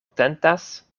tentas